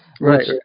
Right